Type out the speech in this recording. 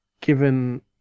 given